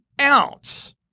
ounce